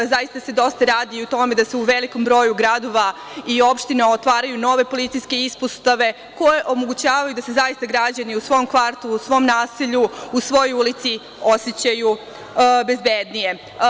Zaista se dosta radi na tome da se u velikom broju gradova i opština otvaraju nove policijske ispostave koje omogućavaju da se zaista građani u svom kvartu, u svom naselju, u svojoj ulici osećaju bezbednije.